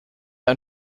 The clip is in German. ein